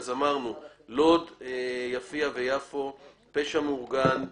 אם כן, אמרנו, לוד, יפיע ויפו, פשע מאורגן,